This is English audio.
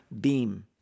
beam